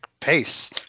pace